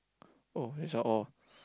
oh that's all